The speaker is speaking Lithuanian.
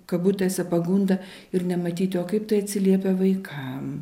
kabutėse pagunda ir nematyti o kaip tai atsiliepia vaikam